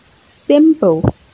simple